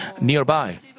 nearby